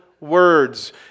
words